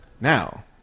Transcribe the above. Now